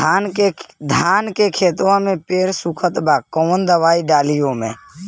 धान के खेतवा मे पेड़ सुखत बा कवन दवाई डाली ओमे?